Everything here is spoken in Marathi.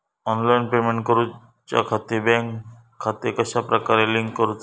ऑनलाइन पेमेंट करुच्याखाती बँक खाते कश्या प्रकारे लिंक करुचा?